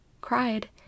cried